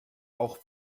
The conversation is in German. auch